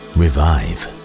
revive